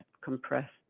compressed